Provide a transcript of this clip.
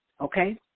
Okay